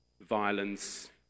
violence